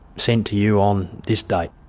sent to you on this date'.